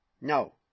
No